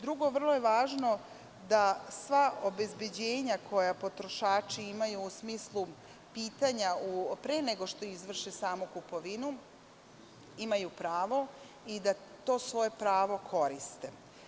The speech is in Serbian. Drugo, vrlo je važno da sva obezbeđenja koje potrošači imaju u smislu pitanja pre nego što izvrše samu kupovinu imaju pravo i da to svoje pravo koriste.